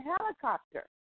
helicopter